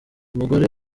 umugore